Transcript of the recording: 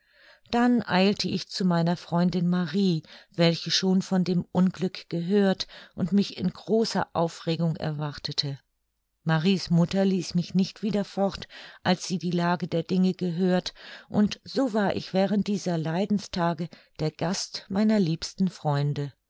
dann eilte ich zu meiner freundin marie welche schon von dem unglück gehört und mich in großer aufregung erwartete marie's mutter ließ mich nicht wieder fort als sie die lage der dinge gehört und so war ich während dieser leidenstage der gast meiner liebsten freunde